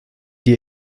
dir